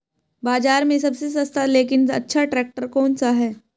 बाज़ार में सबसे सस्ता लेकिन अच्छा ट्रैक्टर कौनसा है?